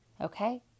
Okay